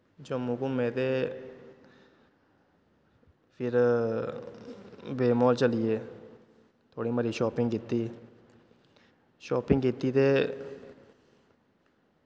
जम्मू घूमे ते फिर बेब माल चली गे थोह्ड़ी मती शापिंग कीती शापिंग कीती ते